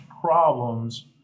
problems